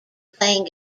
playing